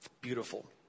Beautiful